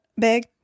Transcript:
Big